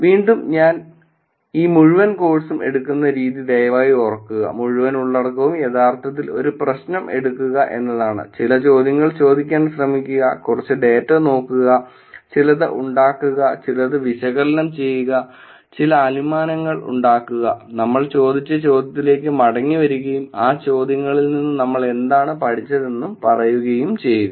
വീണ്ടും ഞാൻ ഈ മുഴുവൻ കോഴ്സും എടുക്കുന്ന രീതി ദയവായി ഓർക്കുക മുഴുവൻ ഉള്ളടക്കവും യഥാർത്ഥത്തിൽ ഒരു പ്രശ്നം എടുക്കുക എന്നതാണ് ചില ചോദ്യങ്ങൾ ചോദിക്കാൻ ശ്രമിക്കുക കുറച്ച് ഡാറ്റ നോക്കുക ചിലത് ഉണ്ടാക്കുക ചിലത് വിശകലനം ചെയ്യുക ചില അനുമാനങ്ങൾ ഉണ്ടാക്കുക നമ്മൾ ചോദിച്ച ചോദ്യത്തിലേക്ക് മടങ്ങിവരികയും ആ ചോദ്യങ്ങളിൽ നിന്ന് നമ്മൾ എന്താണ് പഠിച്ചതെന്ന് പറയുകയും ചെയ്യുക